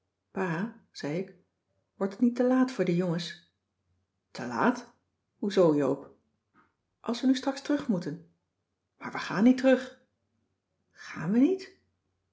pa zei ik wordt het niet te laat voor de jongens telaat hoezoo joop als we nu straks terugmoeten maar we gaan niet terug gaan we niet